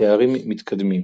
בתארים מתקדמים.